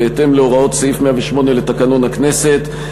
בהתאם להוראות סעיף 108 לתקנון הכנסת,